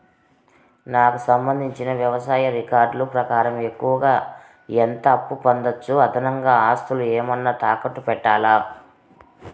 నాకు సంబంధించిన వ్యవసాయ రికార్డులు ప్రకారం ఎక్కువగా ఎంత అప్పు పొందొచ్చు, అదనంగా ఆస్తులు ఏమన్నా తాకట్టు పెట్టాలా?